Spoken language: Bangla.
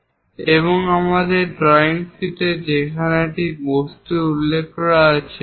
একটি উদাহরণ ড্রয়িং শীট যেখানে একটি বস্তুর উল্লেখ করা হয়েছে